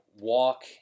walk